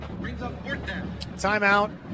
Timeout